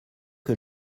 que